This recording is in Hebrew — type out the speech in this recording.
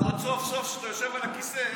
אז סוף-סוף כשאתה יושב על הכיסא,